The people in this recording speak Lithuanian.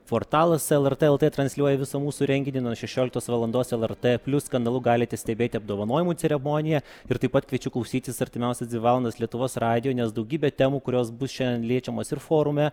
portalas lrt lt transliuoja visą mūsų renginį nuo šešioliktos valandos lrt plius kanalu galite stebėti apdovanojimų ceremoniją ir taip pat kviečiu klausytis artimiausias dvi valandas lietuvos radijo nes daugybė temų kurios bus šiandien liečiamos ir forume